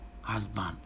husband